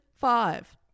five